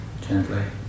gently